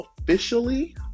officially